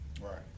Right